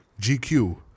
GQ